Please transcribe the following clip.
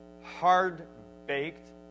hard-baked